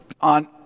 on